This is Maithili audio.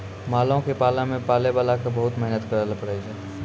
मालो क पालै मे पालैबाला क बहुते मेहनत करैले पड़ै छै